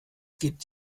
gibt